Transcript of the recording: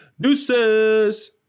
Deuces